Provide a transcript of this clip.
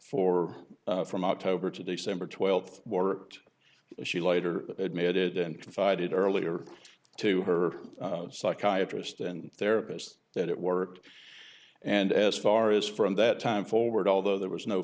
for from october to december twelfth or as she later admitted and confided earlier to her psychiatrist and therapist that it worked and as far as from that time forward although there was no